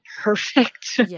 perfect